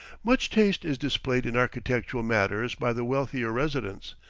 much taste is displayed in architectural matters by the wealthier residents.